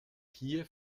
kiew